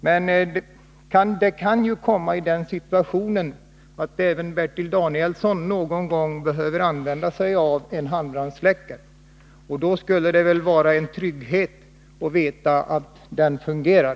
Men även Bertil Danielsson kan ju någon gång komma i den situationen att han behöver använda sig av en handbrandsläckare. Då skulle det väl vara tryggt att veta att den fungerar.